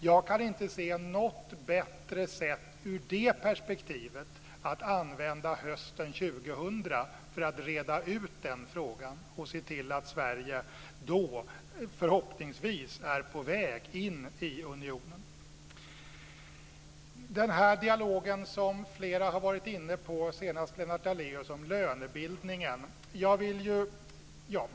Ur det perspektivet kan jag inte se något bättre sätt att använda hösten 2000 än för att reda ut den frågan och se till att Sverige då förhoppningsvis är på väg in i unionen. Flera har varit inne på dialogen om lönebildningen, senast Lennart Daléus.